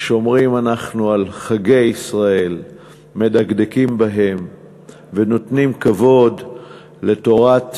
שומרים אנחנו על חגי ישראל ומדקדקים בהם ונותנים כבוד לתורת